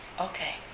Okay